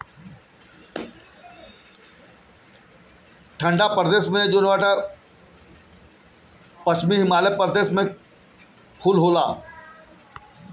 एकर फूल भारत में उत्तर पश्चिम हिमालय क्षेत्र अउरी कश्मीर में होला